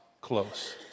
close